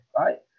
right